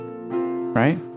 right